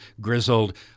grizzled